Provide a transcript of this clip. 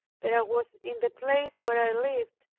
there was in the place where i lived,